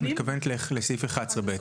את מתכוונת לסעיף 11 (ב),